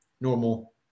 normal